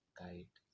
guide